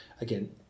again